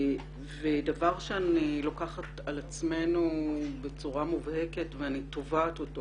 דבר שאני לוקחת על עצמנו בצורה מובהקת ואני תובעת אותו